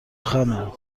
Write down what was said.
خمه